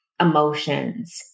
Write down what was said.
emotions